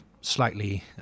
slightly